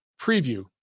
preview